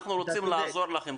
אנחנו רוצים לעזור לכם.